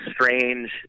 strange